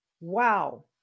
Wow